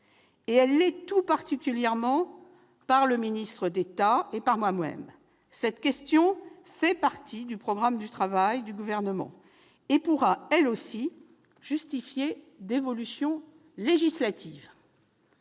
identifiée, tout particulièrement par le ministre d'État et par moi-même. Cette question fait partie du programme de travail du Gouvernement et pourra, elle aussi, justifier des évolutions législatives.